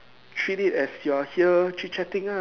treat it as you are here chit-chatting ah